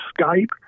Skype